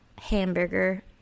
hamburger